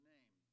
Name